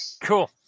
Cool